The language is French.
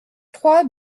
trois